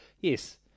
yes